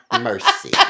mercy